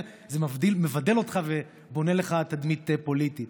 זה מבדל אותך ובונה לך תדמית פוליטית.